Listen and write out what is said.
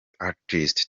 artist